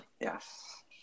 Yes